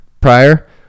prior